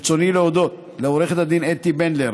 ברצוני להודות לעו"ד אתי בנדלר,